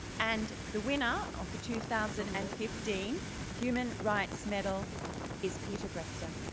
and the winner of the two thousand and fifteen human rights medal is peter greste. ah